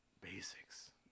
Basics